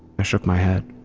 i shook my head,